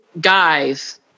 Guys